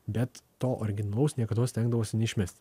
bet to originalaus niekados stengdavosi neišmesti